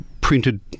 printed